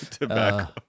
Tobacco